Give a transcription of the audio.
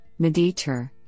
Mediter